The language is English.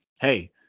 Hey